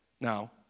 Now